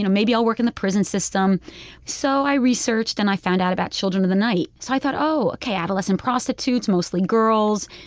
you know maybe i'll work in the prison system so i researched and i found out about children of the night. so i thought, oh, okay, adolescent prostitutes, mostly girls.